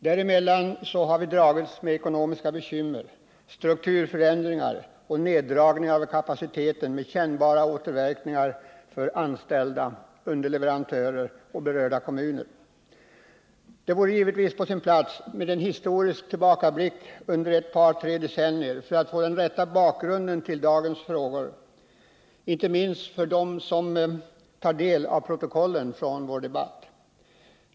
Däremellan har vi dragits med ekonomiska bekymmer, strukturförändringar och neddragningar av kapaciteten med kännbara återverkningar för anställda, underleverantörer och berörda kommuner. Det hade givetvis varit på sin plats att göra en historisk tillbakablick på de senaste två tre decenniernas utveckling för att få den rätta bakgrunden till dagens frågor, inte minst för dem som tar del av protokollen från vår debatt.